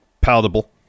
palatable